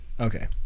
okay